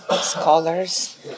scholars